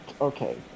Okay